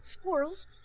Squirrels